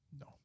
No